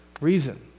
reason